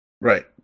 Right